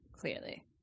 clearly